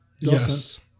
Yes